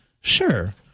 sure